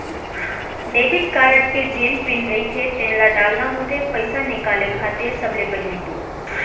debit card के जेन PIN रहिथे तेन ल डालना होथे पइसा निकाले खातिर सबले पहिली तो